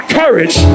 courage